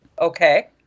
Okay